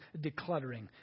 decluttering